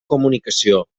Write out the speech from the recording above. comunicació